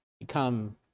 become